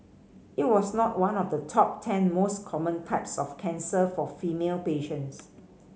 it was not one of the top ten most common types of cancer for female patients